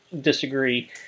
disagree